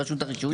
ברשות הרישוי,